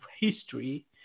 history